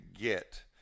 get